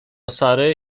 sary